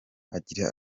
agira